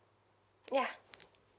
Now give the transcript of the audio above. ya